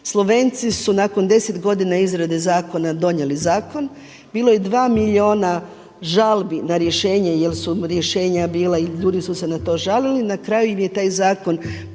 Slovenci su nakon 10 godina izrade zakona donijeli zakon. Bilo je 2 milijuna žalbi na rješenje jer su rješenja bila i ljudi su se na to žalili. Na kraju im je taj zakon pao